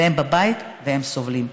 והם בבית והם סובלים.